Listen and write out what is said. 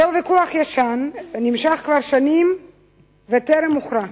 זהו ויכוח ישן, הנמשך כבר שנים וטרם הוכרע.